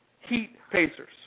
Heat-Pacers